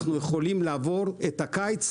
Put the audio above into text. אנחנו יכולים לעבור את הקיץ,